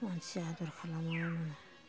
मानसिया आदर खालामाबा मोना